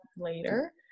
later